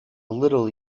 little